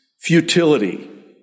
futility